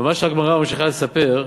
ומה שהגמרא ממשיכה לספר,